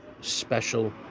Special